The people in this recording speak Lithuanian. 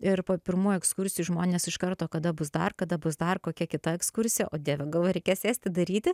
ir po pirmų ekskursijų žmonės iš karto kada bus dar kada bus dar kokia kita ekskursija o dieve galvoju reikės sėsti daryti